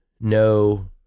no